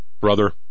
brother